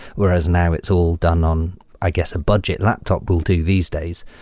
whereas now it's all done, um i guess, a budget laptop will do these days.